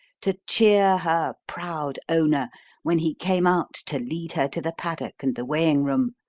to cheer her proud owner when he came out to lead her to the paddock and the weighing room,